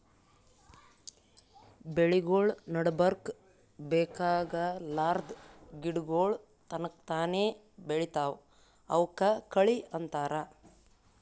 ಬೆಳಿಗೊಳ್ ನಡಬರ್ಕ್ ಬೇಕಾಗಲಾರ್ದ್ ಗಿಡಗೋಳ್ ತನಕ್ತಾನೇ ಬೆಳಿತಾವ್ ಅವಕ್ಕ ಕಳಿ ಅಂತಾರ